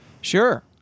Sure